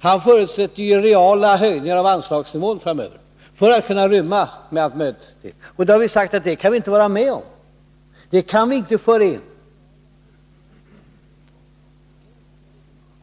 Han förutsätter ju reala höjningar av anslagsnivån framöver för att allt möjligt skall kunna inrymmas. Det kan vi inte vara med om. Vi kan inte föra in detta